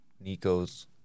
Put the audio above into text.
Nico's